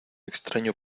extraño